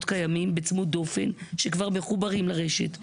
קיימים בצמוד דופן שכבר מחוברים לרשת,